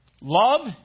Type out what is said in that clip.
Love